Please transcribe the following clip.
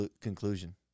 conclusion